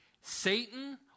Satan